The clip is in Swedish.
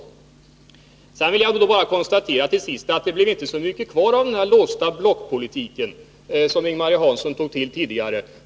Till sist vill jag konstatera att det inte blev så mycket kvar av den här låsta blockpolitiken, som Ing-Marie Hansson talade om tidigare.